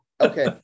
okay